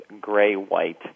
gray-white